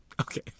Okay